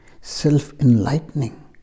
self-enlightening